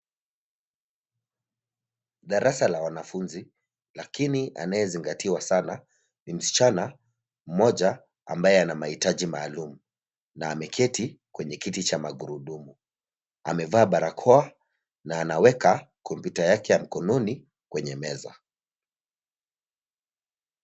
Darasa la wanafunzi, lakini anayezingatiwa sana ni msichana mmoja ambaye ana mahitaji maalum na ameketi kwenye kiti cha magurudumu, amevaa barakoa na anaweka kompyuta yake ya mkononi kwenye meza.